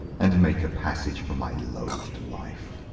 and make a passage for my loathed life!